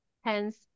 Hence